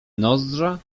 nozdrza